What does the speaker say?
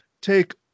take